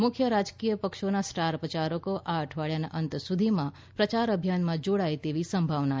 મુખ્ય રાજકીય પક્ષોના સ્ટાર પ્રચારકો આ અઠવાડિયાના અંત સુધીમાં પ્રચાર અભિયાનમાં જોડાય તેવી સંભાવના છે